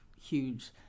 huge